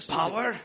power